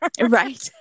Right